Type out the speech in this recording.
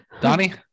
Donnie